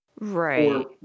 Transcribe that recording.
Right